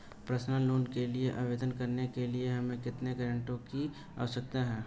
Personal loan के लिए आवेदन करने के लिए हमें कितने गारंटरों की आवश्यकता है?